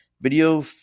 video